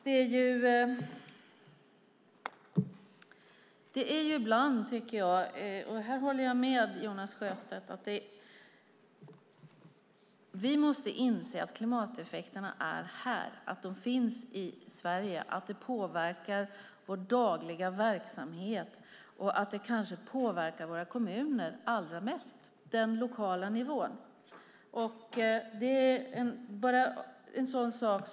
Fru talman! Jag håller med Jonas Sjöstedt om att vi måste inse att klimateffekterna är här, att de finns i Sverige och att de påverkar vår dagliga verksamhet och att de kanske påverkar våra kommuner allra mest - den lokala nivån.